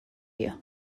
you